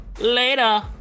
Later